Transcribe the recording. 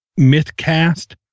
MythCast